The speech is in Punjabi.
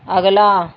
ਅਗਲਾ